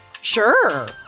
sure